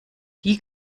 die